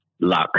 Luck